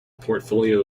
portfolio